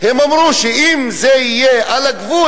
הם אמרו שאם זה יהיה על הגבול,